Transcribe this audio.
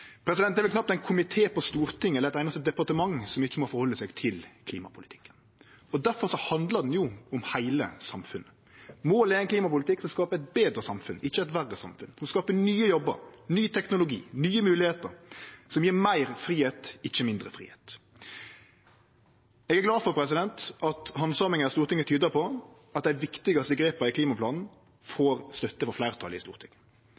knapt ein komité på Stortinget eller eit einaste departement som ikkje må ta omsyn til klimapolitikken. Difor handlar det om heile samfunnet. Målet er ein klimapolitikk som skaper eit betre samfunn – ikkje eit verre samfunn – som skaper nye jobbar, ny teknologi, nye moglegheiter, og som gjev meir fridom, ikkje mindre fridom. Eg er glad for at handsaminga i Stortinget tyder på at dei viktigaste grepa i klimaplanen får støtte frå fleirtalet i Stortinget.